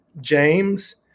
James